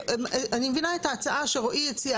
אני מבינה את ההצעה שרועי הציע